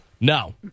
No